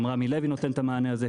גם רמי לוי נותן את המענה על זה.